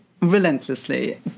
relentlessly